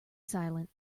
silent